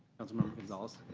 consul member gonzalez?